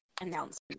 announcement